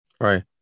right